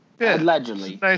Allegedly